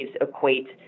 equate